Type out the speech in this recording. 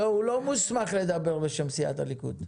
הוא לא מוסמך לדבר בשם סיעת הליכוד .